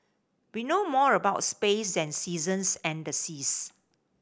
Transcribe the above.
we know more about space than seasons and the seas